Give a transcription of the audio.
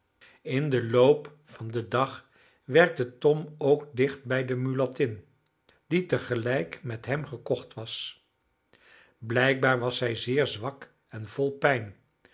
in den loop van den dag werkte tom ook dicht bij de mulattin die tegelijk met hem gekocht was blijkbaar was zij zeer zwak en vol pijn